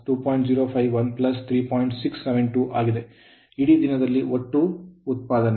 ಇಡೀ ದಿನದಲ್ಲಿ ಒಟ್ಟು ಉತ್ಪಾದನೆ